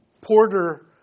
Porter